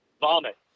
vomit